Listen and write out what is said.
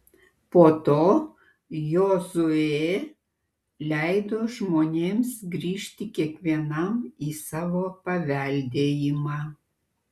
po to jozuė leido žmonėms grįžti kiekvienam į savo paveldėjimą